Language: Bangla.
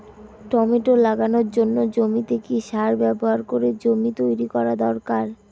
টমেটো লাগানোর জন্য জমিতে কি সার ব্যবহার করে জমি তৈরি করা দরকার?